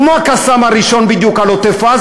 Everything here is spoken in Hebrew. בדיוק כמו ה"קסאם" הראשון על עוטף-עזה,